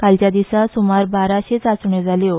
कालच्या दिसा सुमार बाराशें चाचण्यो जाल्यो